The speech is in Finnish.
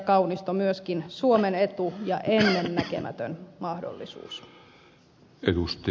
kaunisto myöskin suomen etu ja ennennäkemätön mahdollisuus